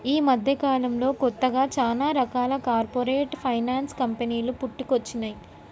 యీ మద్దెకాలంలో కొత్తగా చానా రకాల కార్పొరేట్ ఫైనాన్స్ కంపెనీలు పుట్టుకొచ్చినై